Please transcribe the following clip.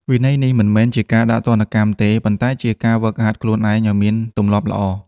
វិន័យនេះមិនមែនជាការដាក់ទណ្ឌកម្មទេ ប៉ុន្តែជាការហ្វឹកហាត់ខ្លួនឯងឲ្យមានទម្លាប់ល្អ។